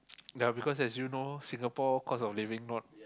ya because as you know Singapore cost of living not